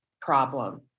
problem